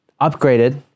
upgraded